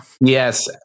Yes